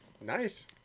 Nice